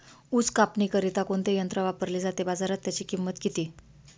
ऊस कापणीकरिता कोणते यंत्र वापरले जाते? बाजारात त्याची किंमत किती?